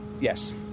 Yes